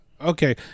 Okay